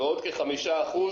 ועוד כ-5%